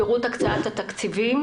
פירוט הקצאת התקציבים